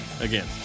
Again